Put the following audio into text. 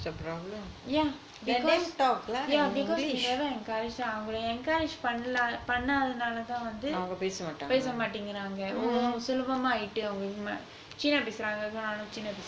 yeah because yeah because they never encourage them அவங்கள:avangala encourage பண்லா பன்னாதனால தான் வந்து பேசமாடிங்கறாங்க:panla pannathanala than vanthu pesamaatingaraanga oh சுலபமாயிட்டு அவங்களுக்கு:sulabamayittu avangalukku china பேசுறாங்க நால:pesuranga nala china பேசு:pesu